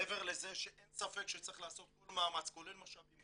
מעבר לזה שאין ספק שצריך לעשות כל מאמץ כולל משאבים,